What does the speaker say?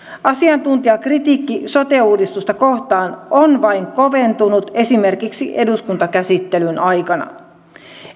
asiantuntijakritiikki sote uudistusta kohtaan on vain koventunut esimerkiksi eduskuntakäsittelyn aikana